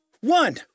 one